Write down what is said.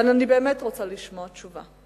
אבל אני באמת רוצה לשמוע תשובה.